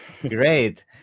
Great